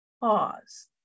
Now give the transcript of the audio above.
pause